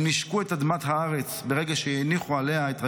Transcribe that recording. הם נישקו את אדמת הארץ ברגע שהניחו עליה את רגליהם,